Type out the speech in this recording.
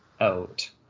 out